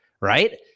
right